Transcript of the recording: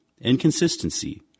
inconsistency